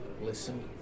listen